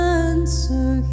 answer